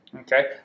Okay